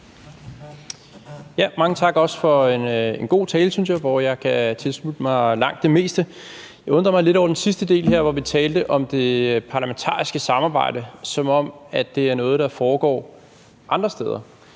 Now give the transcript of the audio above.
Mange tak for en god tale, synes jeg også, hvor jeg kan tilslutte mig langt det meste. Jeg undrede mig lidt over den sidste del, hvor vi talte om det parlamentariske samarbejde, som om det er noget, der foregår andre steder.